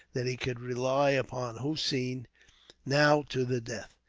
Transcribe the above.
that he could rely upon hossein now to the death.